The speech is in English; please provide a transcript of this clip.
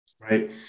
right